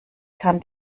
kann